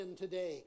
today